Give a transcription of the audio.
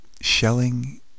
Shelling